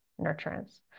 nurturance